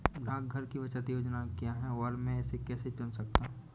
डाकघर की बचत योजनाएँ क्या हैं और मैं इसे कैसे चुन सकता हूँ?